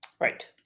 Right